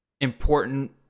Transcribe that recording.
important